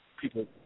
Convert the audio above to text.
people